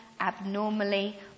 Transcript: abnormally